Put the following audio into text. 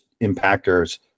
impactors